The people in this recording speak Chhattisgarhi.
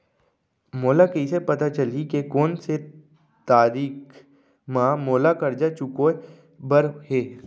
मोला कइसे पता चलही के कोन से तारीक म मोला करजा चुकोय बर हे?